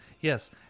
Yes